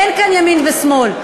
אין כאן ימין ושמאל.